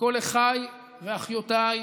לכל אחיי ואחיותיי,